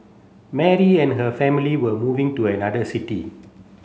Mary and her family were moving to another city